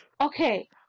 Okay